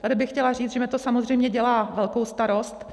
Tady bych chtěla říct, že mi to samozřejmě dělá velkou starost.